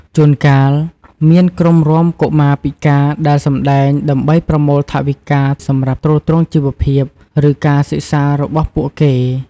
ជួនកាលមានក្រុមរាំកុមារពិការដែលសម្ដែងដើម្បីប្រមូលថវិកាសម្រាប់ទ្រទ្រង់ជីវភាព ឬការសិក្សារបស់ពួកគេ។